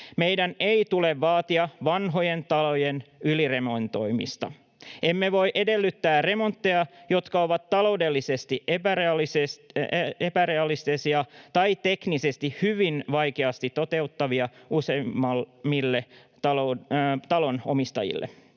Meidän ei tule vaatia vanhojen talojen yliremontoimista. Emme voi edellyttää remontteja, jotka ovat taloudellisesti epärealistisia tai teknisesti hyvin vaikeasti toteutettavia useimmille talonomistajille.